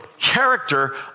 character